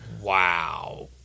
Wow